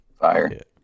Fire